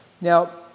Now